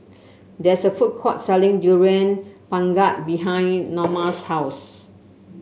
there is a food court selling Durian Pengat behind Norma's house